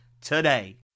today